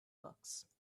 books